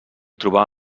trobà